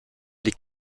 les